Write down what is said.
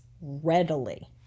readily